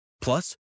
Plus